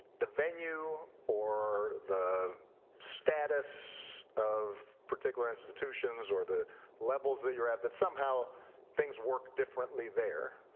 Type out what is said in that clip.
the venue or the status of particular institutions or the levels that you're at, that somehow things work differently there.